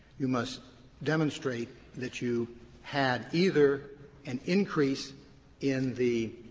you must demonstrate that you had either an increase in the